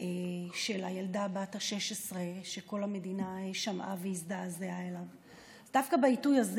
של הילדה בת ה-16, שכל המדינה שמעה והזדעזעה ממנו.